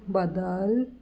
ਬਦਲ